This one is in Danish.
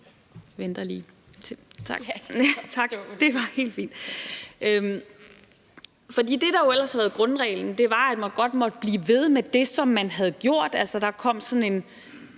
det, der jo ellers har været grundreglen, var, at man godt måtte blive ved med det, som man havde gjort.